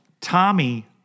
Tommy